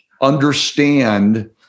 understand